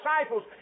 disciples